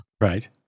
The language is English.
right